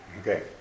Okay